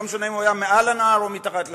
לא משנה אם הוא היה מעל לנהר או מתחת לנהר.